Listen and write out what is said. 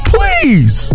Please